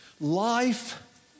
Life